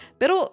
pero